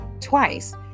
twice